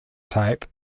type